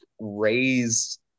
raised